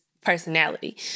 Personality